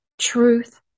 Truth